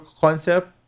concept